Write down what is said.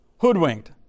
hoodwinked